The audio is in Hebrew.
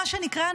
מה שנקרא,